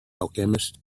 alchemist